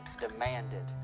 demanded